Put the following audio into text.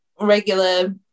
Regular